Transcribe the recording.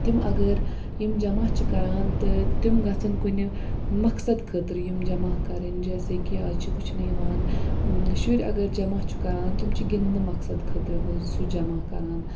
تِم اَگر یِم جمع چھِ کَران تہٕ تِم گژھَن کُنہِ مقصد خٲطرٕ یِم جمع کَرٕنۍ جیسے کہِ آز چھِ وٕچھنہٕ یِوان شُرۍ اَگر جمع چھُ کَران تِم چھِ گِنٛدنہٕ مقصد خٲطرٕ وٕ سُہ جمع کَران